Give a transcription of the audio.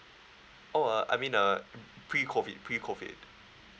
oh uh I mean uh pre-COVID pre-COVID